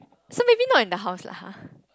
so maybe not in the house lah [hah]